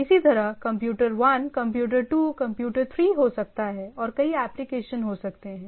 इसी तरह computer 1 computer 2 computer 3 हो सकता है और कई एप्लिकेशन हो सकते हैं